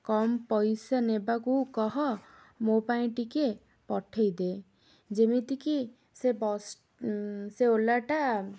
କମ୍ ପଇସା ନେବାକୁ କହ ମୋ ପାଇଁ ଟିକେ ପଠେଇଦେ ଯେମିତିକି ସେ ବସ୍ ସେ ଓଲାଟା